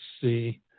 see